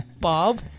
Bob